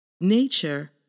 nature